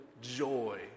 joy